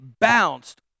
bounced